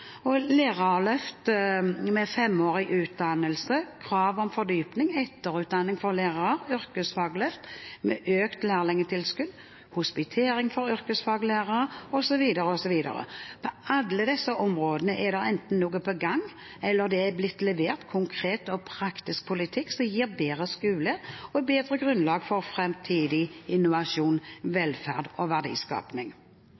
lærerløft med femårig utdannelse krav om fordypning etterutdanning for lærere yrkesfagløft med økt lærlingtilskudd, hospitering for yrkesfaglærere osv. På alle disse områdene er det enten noe på gang, eller det har blitt levert konkret og praktisk politikk som gir bedre skole og bedre grunnlag for framtidig innovasjon,